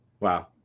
Wow